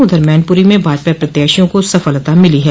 उधर मैनपुरी में भाजपा प्रत्याशियों को सफलता मिली है